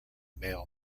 mail